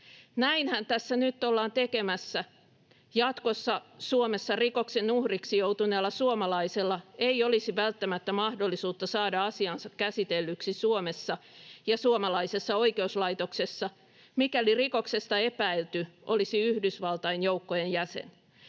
Näinhän tässä nyt ollaan tekemässä: jatkossa Suomessa rikoksen uhriksi joutuneella suomalaisella ei olisi välttämättä mahdollisuutta saada asiaansa käsitellyksi Suomessa ja suomalaisessa oikeuslaitoksessa, mikäli rikoksesta epäilty olisi Yhdysvaltain joukkojen jäsen